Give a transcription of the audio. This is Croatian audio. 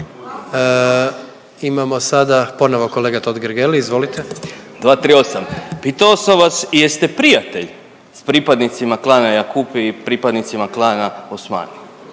Imamo sada ponovo kolega Totgergeli, izvolite. **Totgergeli, Miro (HDZ)** 238. pitao sam vas jeste prijatelji sa pripadnicima klana Jakupi i pripadnicima klana Osmani?